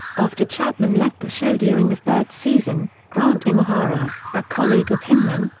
after chapman left the show during the third season, grant imahara, a colleague of hyneman,